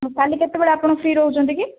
ମୁଁ କାଲି କେତବେଳେ ଆପଣ ଫ୍ରି ରହୁଛନ୍ତି କି